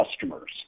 customers